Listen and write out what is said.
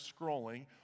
scrolling